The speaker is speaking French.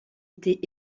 était